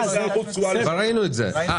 אתה